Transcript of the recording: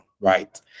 Right